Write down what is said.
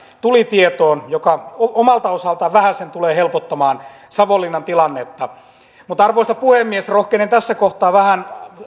tuli tietoon ja mikä omalta osaltaan vähäsen tulee helpottamaan savonlinnan tilannetta arvoisa puhemies rohkenen tässä kohtaa vähän